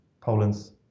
Poland's